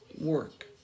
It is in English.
work